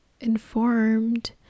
informed